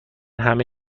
همه